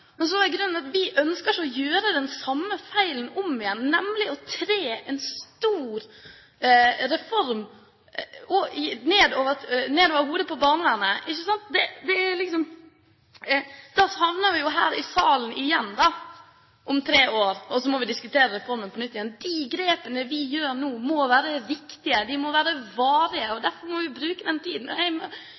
vi ønsker ikke å gjøre den samme feilen om igjen, nemlig å tre en stor reform ned over hodet på barnevernet. Da havner vi i en situasjon hvor vi må diskutere reformen på nytt igjen i salen om tre år. De grepene vi gjør nå, må være riktige og de må være varige, derfor må vi bruke den tiden.